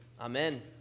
Amen